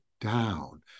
down